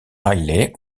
riley